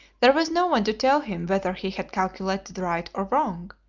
there was no one to tell him whether he had calculated right or wrong,